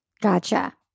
Gotcha